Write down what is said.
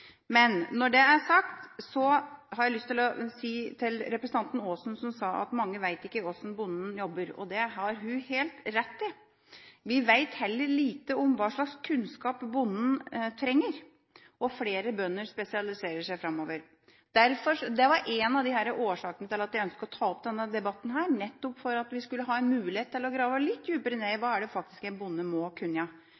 Når det er sagt, har jeg lyst til å si til representanten Aasen, som sa at mange vet ikke hvordan bonden jobber: Det har hun helt rett i. Vi vet lite om hva slags kunnskap bonden trenger – og flere bønder spesialiserer seg framover. Det var en av årsakene til at jeg ønsket å ta opp denne debatten, nettopp for at vi skulle ha mulighet til å grave litt dypere ned i